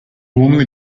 warmly